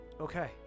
Okay